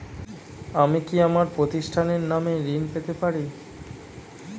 আমি কি আমার প্রতিষ্ঠানের নামে ঋণ পেতে পারি?